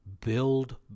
build